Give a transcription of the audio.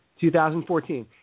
2014